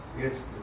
Yes